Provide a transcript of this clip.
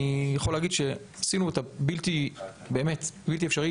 אני יכול להגיד שעשינו באמת את הבלתי-אפשרי.